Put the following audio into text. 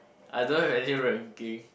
I don't have any ranking